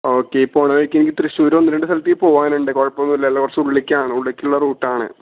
okay ഈ പോവുന്ന വഴിക്ക് എനിക്ക് തൃശ്ശൂർ ഒന്നുരണ്ട് സ്ഥലത്തേക്ക് പോകാനുണ്ട് കുഴപ്പമൊന്നും ഇല്ലല്ലോ കുറച്ച് ഉള്ളിലേക്കാണ് ഉള്ളിലേക്കുള്ള റൂട്ട് ആണ്